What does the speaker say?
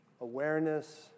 awareness